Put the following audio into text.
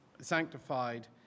sanctified